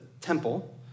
temple